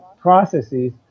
processes